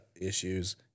issues